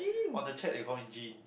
on the chat you call me Jean